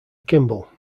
kimball